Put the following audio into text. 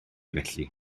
felly